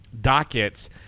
dockets